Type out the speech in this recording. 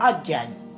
again